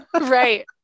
Right